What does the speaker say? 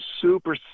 super